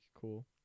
cool